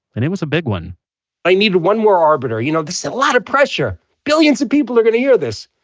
and it was a big one i needed one more arbiter. you know this is a lot of pressure. billions of people are going to hear this.